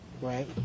Right